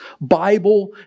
Bible